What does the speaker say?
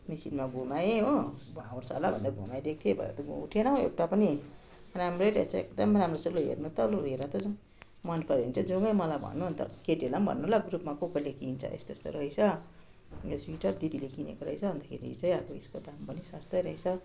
मिशिनमा घुमाए हो भुवा उठ्छ होला भन्दै घुमाइ दिएको थिएँ भरे त उठेन एउटा पनि राम्रै रहेछ एकदम राम्रो छ लु हेर्नु त लु हेर त मनपऱ्यो भने चाहिँ जाउँ है मलाई भन्नु अन्त केटीहरूलाई भन्नु ल ग्रुपमा को कोले किन्छ यस्तो यस्तो रहेछ ए स्वेटर दिदीले किनेको रहेछ अन्तखेरि चाहिँ अब यसको दाम पनि सस्तै रहेछ